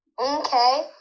Okay